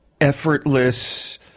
effortless